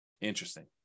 Interesting